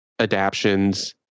adaptions